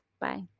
Bye